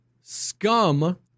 scum